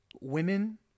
women